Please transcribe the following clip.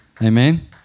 Amen